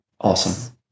Awesome